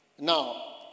Now